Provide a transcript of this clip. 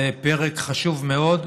זה פרק חשוב מאוד,